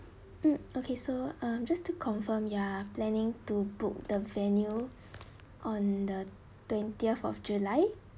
mm okay so uh just to confirm you are planning to book the venue on the twentieth of july